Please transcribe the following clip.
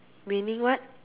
meaning what